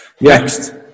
Next